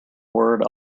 word